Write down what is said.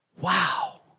wow